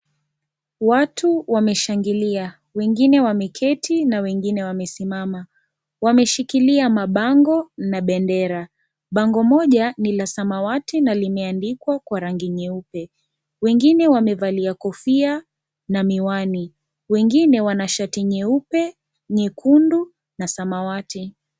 Watu wameshangilia. Wengine wameketi na wengine wamesimama. Wameshikilia mabango na bendera. Bango moja, ni la samawati na limeandikwa kwa rangi nyeupe. Wengine wamevalia kofia na miwani. Wengine wana shati nyeupe, nyekundu na samawati.